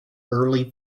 early